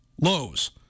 lows